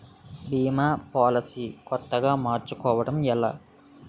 భీమా policy కొత్తగా మార్చుకోవడం ఎలా?